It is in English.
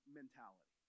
mentality